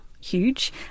huge